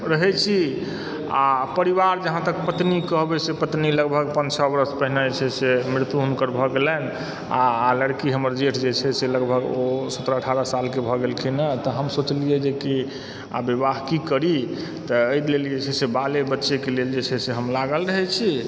रहैत छी आ परिवार जहाँ तक पत्नीक कहबय से पत्नी लगभग पाँच छओ बरस पहिने जे छै से मृत्यु हुनकर भऽ गेलनि आ लड़की हमर जेठ जे छै से लगभग ओ सत्रह अठारह सालके भऽ गेलखिन हँ तऽ हम सोचलियै जेकि आब विवाह की करी तऽ एहि लेल जे छै से बाले बच्चेके लेल जे छै से हम लागल रहय छी